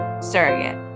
Surrogate